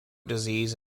disease